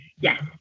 Yes